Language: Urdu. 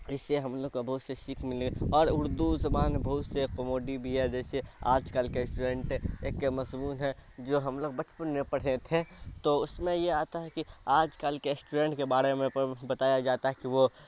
اس سے ہم لوگ کا بہت سے سیکھ ملی اور اردو زبان میں بہت سے کموڈی بھی ہے جیسے آج کل کے اسٹوڈنٹ ایک مضمون ہیں جو ہم لوگ بچپن میں پڑھے تھے تو اس میں یہ آتا ہے کہ آج کل کے اسٹوڈنٹ کے بارے میں بتایا جاتا ہے کہ وہ